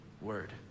word